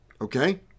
Okay